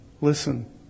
listen